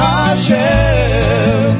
Hashem